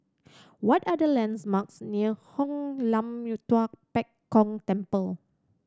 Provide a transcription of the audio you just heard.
what are the landmarks near Hoon Lam Tua Pek Kong Temple